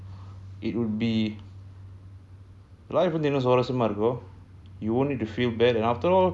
it would be life வந்துஇன்னும்சுவாரசியமாஇருக்கும்:vandhu innum suvarasiyama irukkum you won't need to feel bad and after all